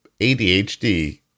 ADHD